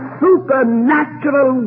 supernatural